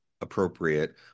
appropriate